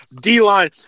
D-line